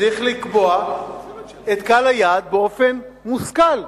צריך לקבוע את קהל היעד באופן מושכל.